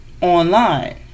online